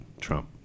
Trump